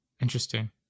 Interesting